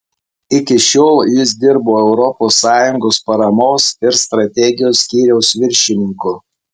iki šiol jis dirbo europos sąjungos paramos ir strategijos skyriaus viršininku